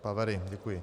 Pavery, děkuji.